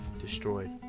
destroyed